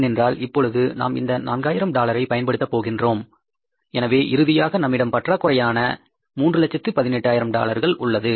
ஏனென்றால் இப்பொழுது நாம் இந்த 4000 டாலரை பயன்படுத்த போகின்றோம் எனவே இறுதியாக நம்மிடம் பற்றாக்குறையான 318000 டாலர்கள் உள்ளது